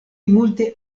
multe